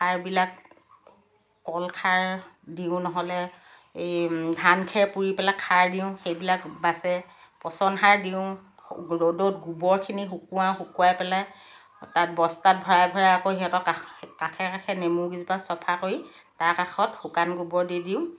খাৰবিলাক কল খাৰ দিওঁ নহ'লে এই ধানখেৰ পূৰি পেলাই খাৰ দিওঁ সেইবিলাক বাচে পচন সাৰ দিওঁ ৰ'দত গোবৰখিনি শুকুৱাওঁ শুকুৱাই পেলাই তাক বস্তাত ভৰাই ভৰাই আকৌ সিহঁতক কাষ কাষে কাষে নেমুকেইজোপা চফা কৰি তাৰ কাষত শুকান গোবৰ দি দিওঁ